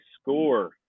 score